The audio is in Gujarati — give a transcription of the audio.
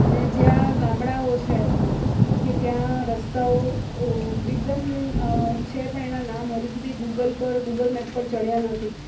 અને જ્યાં ગામડાઓ છે કે ત્યાં રસ્તાઓ એકદમ છે પણ એના નામ હજુ સુધી ગૂગલ પર ગૂગલ મેપ પર ચડ્યા નથી